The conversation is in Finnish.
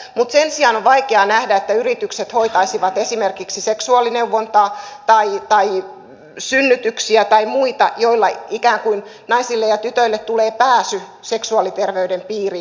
mutta sen sijaan on vaikea nähdä että yritykset hoitaisivat esimerkiksi seksuaalineuvontaa tai synnytyksiä tai muita joilla ikään kuin naisille ja tytöille tulee pääsy seksuaaliterveyden piiriin